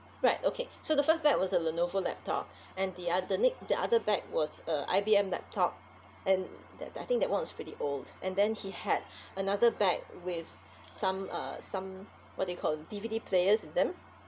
right okay so the first bag was a lenovo laptop and the o~ the next the other bag was a I_B_M laptop and that that I think that one was pretty old and then he had another bag with some uh some what they call D_V_D players in them